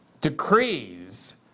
decrees